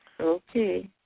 Okay